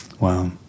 Wow